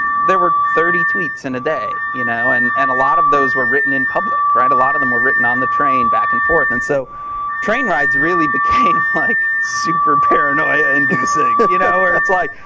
there were thirty tweets in a day. you know and and a lot of those were written in public. a lot of them were written on the train back and forth, and so train rides really became like super paranoia inducing, you know where it's like.